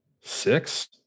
Six